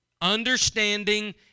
understanding